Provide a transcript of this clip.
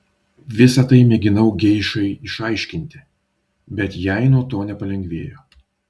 visa tai mėginau geišai išaiškinti bet jai nuo to nepalengvėjo